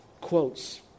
quotes